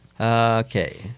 Okay